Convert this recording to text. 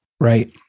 Right